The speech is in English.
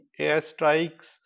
airstrikes